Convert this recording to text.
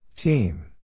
Team